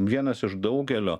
vienas iš daugelio